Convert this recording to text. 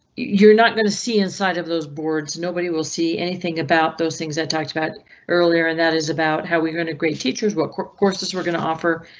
you're not going to see inside of those boards. nobody will see anything about those things i talked about earlier, and that is about how we going to great teachers. what courses were going to offer?